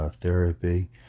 therapy